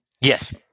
yes